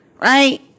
Right